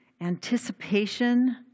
anticipation